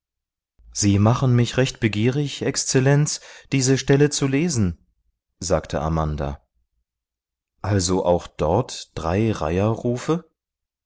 sie machen mich recht begierig exzellenz diese stelle zu lesen sagte amanda also auch dort drei